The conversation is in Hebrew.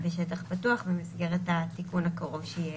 בשטח פתוח במסגרת התיקון הקרוב שיהיה.